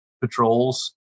patrols